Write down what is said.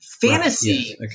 Fantasy